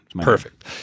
perfect